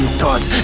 thoughts